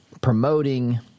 promoting